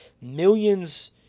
millions